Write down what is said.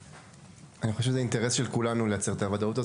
ואני חושב שזה האינטרס של כולנו לייצר אותה.